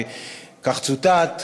וכך צוטט.